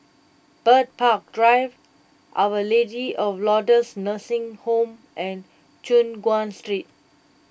Bird Park Drive Our Lady of Lourdes Nursing Home and Choon Guan Street